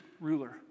ruler